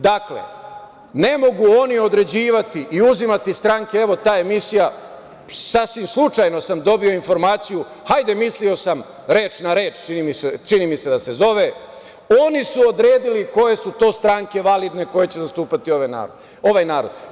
Dakle, ne mogu oni određivati i uzimati stranke, evo ta emisija, sasvim slučajno sam dobio informaciju, hajde mislio sam „Reč na reč“, čini mi se da se zove, oni su odredili koje su to stranke validne, koje će zastupati ovaj narod.